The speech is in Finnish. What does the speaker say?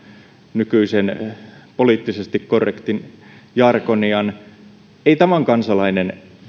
nykyisen poliittisesti korrektin jargonin ei tavan kansalainen